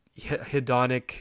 hedonic